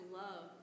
love